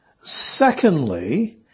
Secondly